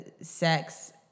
sex